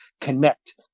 connect